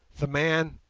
the man,